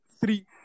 three